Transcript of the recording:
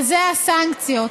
וזה הסנקציות.